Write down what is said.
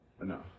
No